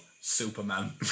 Superman